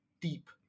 deep